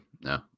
No